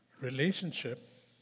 Relationship